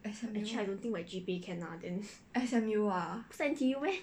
S_M_U S_M_U ah